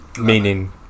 Meaning